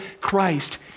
Christ